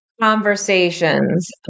conversations